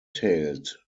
tailed